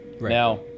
Now